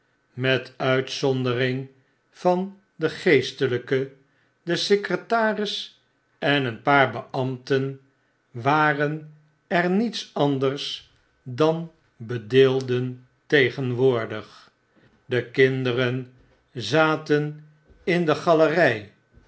met uitzondering van den geestelijke den secretaris en een paar beambten waren er niets anders dan bedeelden tegenwoordig de kinderen zaten in de galeryen